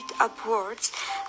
upwards